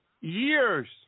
years